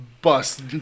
Bust